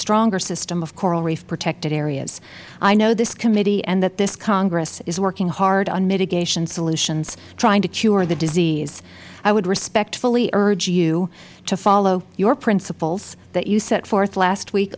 stronger system of coral reef protected areas i know this committee and this congress is working hard on mitigation solutions trying to cure the disease i would respectfully urge you to follow your principles that you set forth last week